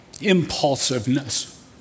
Impulsiveness